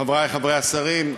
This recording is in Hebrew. חברי השרים,